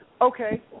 okay